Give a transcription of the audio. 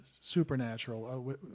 supernatural